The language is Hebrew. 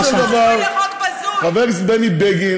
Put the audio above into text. בסופו של דבר, חבר הכנסת בני בגין,